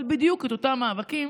אבל בדיוק, את אותם מאבקים